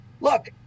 Look